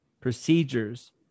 procedures